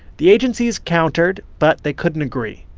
the agencies countered, but they couldn't agree.